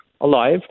alive